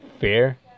fair